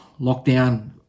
lockdown